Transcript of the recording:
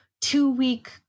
two-week